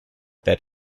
that